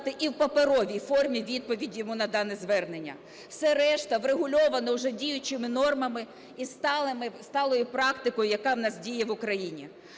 і в паперовій формі відповідь йому на дане звернення. Все решта врегульовано вже діючими нормами і сталою практикою, яка в нас діє в Україні.